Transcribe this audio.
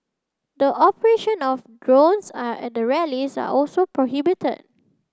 the operation of drones are at the rallies are also prohibited